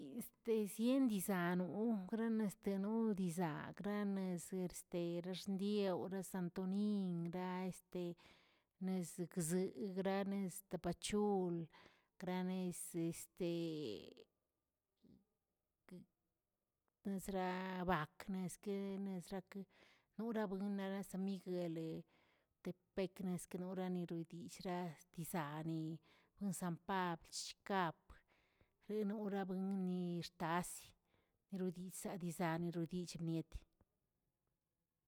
Este zien dizanoꞌn gran este no dizag gran es- este exdiew razantonin gra nez gzeꞌ gran este tapachul gran eseste nesraꞌ bak, neskeꞌ nesrakeꞌ, norabuin naraꞌ samiguel tepecꞌ nezkenoraꞌ nerodillꞌra diizani no sam pabl, chicap, neroraꞌ buin xtas erdizaꞌ diizane erodich niet.